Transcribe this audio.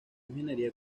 ingeniería